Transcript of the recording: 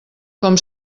com